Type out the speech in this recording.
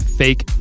fake